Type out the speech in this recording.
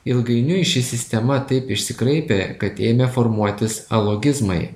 ilgainiui ši sistema taip išsikraipė kad ėmė formuotis alogizmai